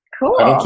cool